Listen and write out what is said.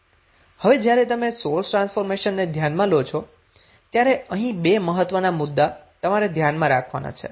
હવે જ્યારે તમે સોર્સ ટ્રાન્સફોર્મેશનને ધ્યાનમાં લો છો ત્યારે અહીં બે મહત્વના મુદ્દા તમારે ધ્યાનમાં રાખવાના છે